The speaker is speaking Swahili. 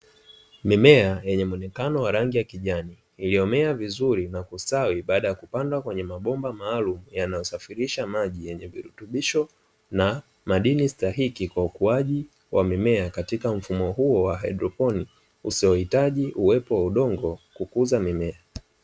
Mimea yenye muonekano wa rangi ya kijani iliyomea vzuri na kustawi baada ya kupandwa kwenye mabomba maalumu, yanayosafirisha maji yenye virutubisho na madini stahiki kwa ukuaji wa mimea katika mfumo huu wa haidroponi usiohitaji uwepo wa udongo kukuza mimea.